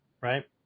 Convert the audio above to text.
right